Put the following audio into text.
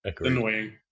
annoying